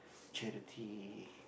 charity